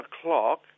o'clock